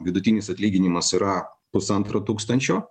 vidutinis atlyginimas yra pusantro tūkstančio